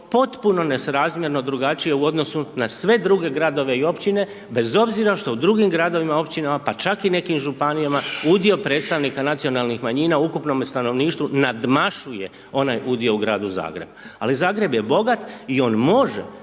potpuno nesrazmijerno, drugačije u odnosu na sve druge gradove i općine, bez obzira što u drugim gradovima, općinama, pa čak i nekim županijama, udio predstavnika nacionalnih manjina u ukupnome stanovništvu nadmašuje onaj udio u gradu Zagrebu. Ali Zagreb je bogat i on može